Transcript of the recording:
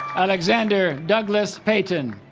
alexander douglas payton